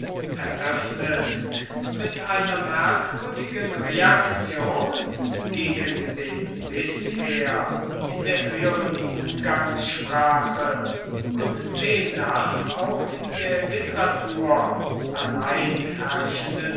eröffnet mit einer merkwürdigen reaktion gegen den bisher in der höheren umgangssprache und demnach auch in der literatur